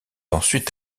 ensuite